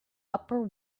upper